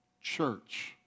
church